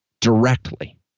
directly